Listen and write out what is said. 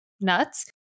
nuts